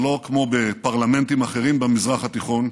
שלא כמו בפרלמנטים אחרים במזרח התיכון,